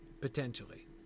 potentially